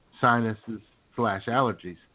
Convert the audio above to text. sinuses-slash-allergies